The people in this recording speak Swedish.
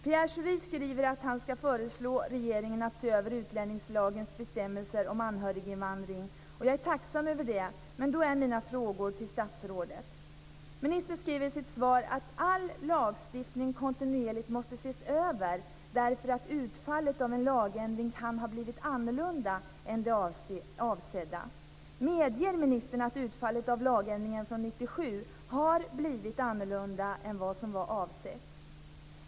Pierre Schori skriver att han skall föreslå regeringen att se över utlänningslagens bestämmelser om anhöriginvandring. Jag är tacksam över det, men då är mina frågor till statsrådet: Ministern skriver i sitt svar att all lagstiftning kontinuerligt måste ses över därför att utfallet av en lagändring kan ha blivit annorlunda än det avsedda. 1997 har blivit annorlunda än som var avsett?